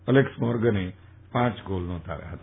Alex મોર્ગને પાંચ goal નોંધાવ્યા હતા